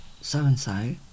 so-and-so